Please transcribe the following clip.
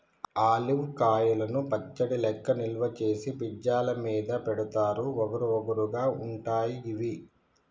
olive కాయలను పచ్చడి లెక్క నిల్వ చేసి పిజ్జా ల మీద పెడుతారు వగరు వగరు గా ఉంటయి గివి